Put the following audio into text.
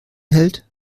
hält